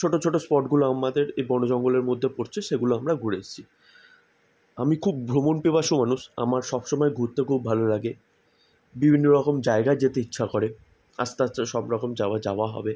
ছোট ছোট স্পটগুলো আমাদের এই বনজঙ্গলের মধ্যে পড়ছে সেগুলো আমরা ঘুরে এসেছি আমি খুব ভ্রমণপিপাসু মানুষ আমার সব সময় ঘুরতে খুব ভালো লাগে বিভিন্ন রকম জায়গায় যেতে ইচ্ছা করে আস্তে আস্তে সব রকম জায়গা যাওয়া হবে